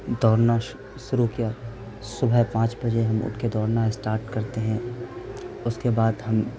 دوڑنا شروع کیا صبح پانچ بجے ہم اٹھ کے دوڑنا اسٹارٹ کرتے ہیں اس کے بعد ہم